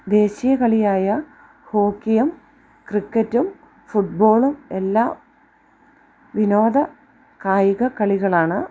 ദേശീയ കളിയായ ഹോക്കിയും ക്രിക്കറ്റും ഫുട്ബോളും എല്ലാം വിനോദ കായിക കളികളാണ്